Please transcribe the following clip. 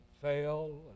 fail